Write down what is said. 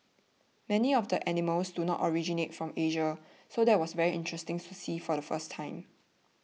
many of the animals do not originate from Asia so that was very interesting to see for the first time